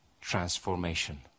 transformation